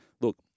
look